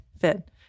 fit